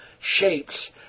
shapes